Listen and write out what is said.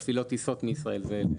מפעילות טיסות מישראל ואליה.